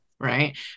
right